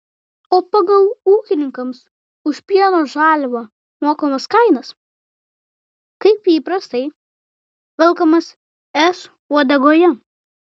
o pagal ūkininkams už pieno žaliavą mokamas kainas kaip įprastai velkamės es uodegoje